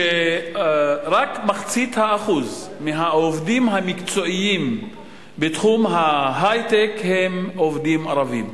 שרק 0.5% מהעובדים המקצועיים בתחום ההיי-טק הם עובדים ערבים,